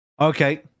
Okay